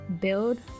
build